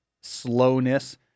slowness